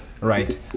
right